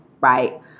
Right